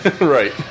Right